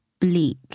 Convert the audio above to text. bleak